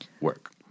work